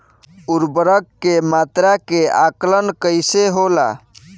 उर्वरक के मात्रा के आंकलन कईसे होला?